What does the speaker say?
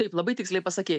taip labai tiksliai pasakei